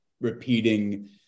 repeating